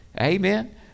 amen